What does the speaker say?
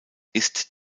ist